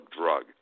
drug